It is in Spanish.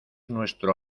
nuestro